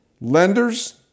Lenders